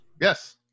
Yes